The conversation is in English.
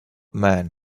man